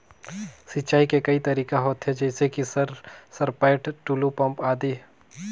सिंचाई के कई तरीका होथे? जैसे कि सर सरपैट, टुलु पंप, आदि?